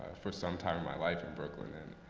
for some time in my life in brooklyn.